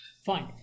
Fine